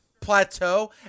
plateau